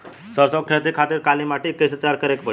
सरसो के खेती के खातिर काली माटी के कैसे तैयार करे के पड़ी?